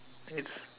it's